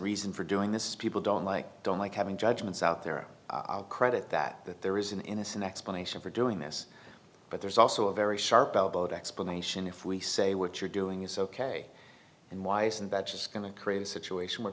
reason for doing this people don't like don't like having judgments out there on credit that that there is an innocent explanation for doing this but there's also a very sharp elbowed explanation if we say what you're doing is ok and weiss and that's just going to create a situation where